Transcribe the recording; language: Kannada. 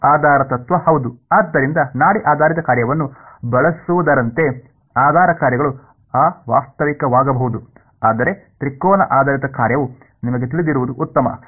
ಆಧಾರ ತತ್ವ ಹೌದು ಆದ್ದರಿಂದ ನಾಡಿ ಆಧಾರಿತ ಕಾರ್ಯವನ್ನು ಬಳಸುವುದರಂತೆ ಆಧಾರ ಕಾರ್ಯಗಳು ಅವಾಸ್ತವಿಕವಾಗಬಹುದು ಆದರೆ ತ್ರಿಕೋನ ಆಧಾರಿತ ಕಾರ್ಯವು ನಿಮಗೆ ತಿಳಿದಿರುವುದು ಉತ್ತಮ ಸರಿ